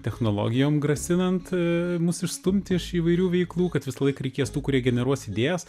technologijom grasinant mus išstumti iš įvairių veiklų kad visąlaik reikės tų kurie generuos idėjas